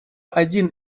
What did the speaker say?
один